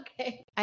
Okay